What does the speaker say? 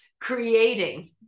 creating